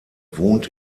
wohnt